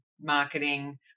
marketing